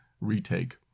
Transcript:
retake